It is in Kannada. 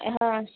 ಹಾಂ